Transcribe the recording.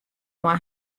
mei